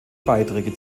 beiträge